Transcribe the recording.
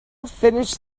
finished